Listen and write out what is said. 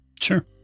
Sure